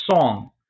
song